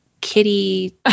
kitty